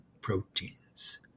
proteins